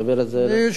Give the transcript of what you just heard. דיון בוועדה.